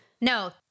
No